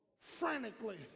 frantically